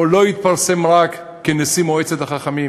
או לא התפרסם רק כנשיא מועצת החכמים.